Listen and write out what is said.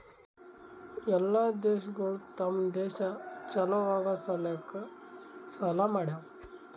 ಎಲ್ಲಾ ದೇಶಗೊಳ್ ತಮ್ ದೇಶ ಛಲೋ ಆಗಾ ಸಲ್ಯಾಕ್ ಸಾಲಾ ಮಾಡ್ಯಾವ್